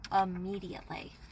immediately